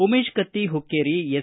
Umesh Katti Hukkeri S